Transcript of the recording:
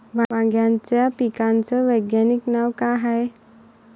वांग्याच्या पिकाचं वैज्ञानिक नाव का हाये?